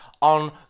on